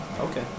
Okay